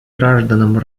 гражданам